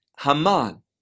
Haman